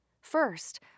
First